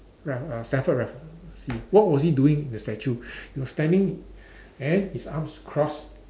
Ra~ uh Stamford-Raffles he what was he doing in the statue he was standing and his arms crossed